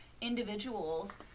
individuals